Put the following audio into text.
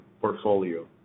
portfolio